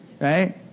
right